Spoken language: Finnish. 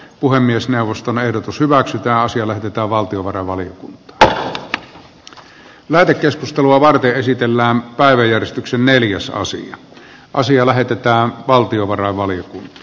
puhemiesneuvoston ehdotus hyväksytään siellä pitää valtiovarainvalio tyttö jota meillä keskustelua varten esitellään päivän järistyksen neljäsosan ja asia lähetetään valtiovarainvaliokuntaan